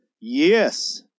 Yes